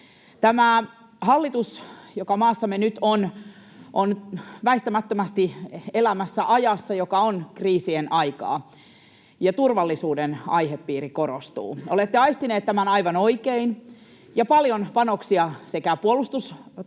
Tämä hallitus, joka maassamme nyt on, on väistämättömästi elämässä ajassa, joka on kriisien aikaa, ja turvallisuuden aihepiiri korostuu. Olette aistineet tämän aivan oikein, ja paljon panoksia kohdistuu